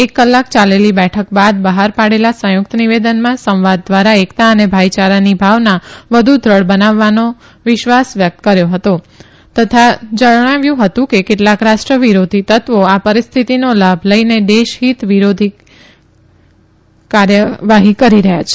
એક કલાક યાલેલી બેઠક બાદ બહાર પાડેલા સંયુકત નિવેદનમાં સંવાદ ધ્વારા એકતા અને ભાઇયારાની ભાવના વધુ દ્રઢ બની હોવાનો વિશ્વાસ વ્યકત કર્યો હતો તથા જણાવ્યું કે કેટલાક રાષ્ટ્ર વિરોધી તત્વો આ પરીસ્થિતિનો લાભ લઇને દેશહીત વિરોધી કાર્યવાહી કરી રહયાં છે